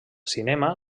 cinema